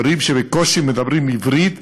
בהורים שבקושי מדברים עברית,